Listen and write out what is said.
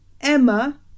Emma